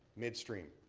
midstream?